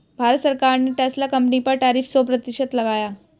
भारत सरकार ने Tesla company पर टैरिफ सो प्रतिशत लगाया